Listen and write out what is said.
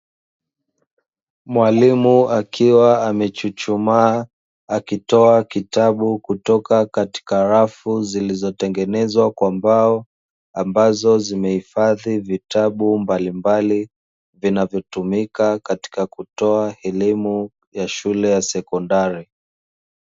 Mwalimu akiwa amechuchumaa akitoa kitabu kutoka katika rafu zilizotengenezwa kwa mbao, ambazo zimehifadhi vitabu mbalimbali vinavyotumika katika kutoa elimu ya shule ya sekondari.